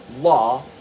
law